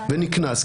ונקנס,